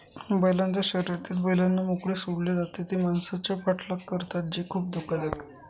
बैलांच्या शर्यतीत बैलांना मोकळे सोडले जाते व ते माणसांचा पाठलाग करतात जे खूप धोकादायक आहे